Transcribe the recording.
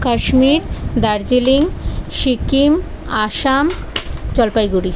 Kashmir Darjeeling Sikkim Assam Jalpaiguri